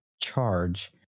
Charge